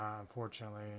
unfortunately